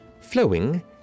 flowing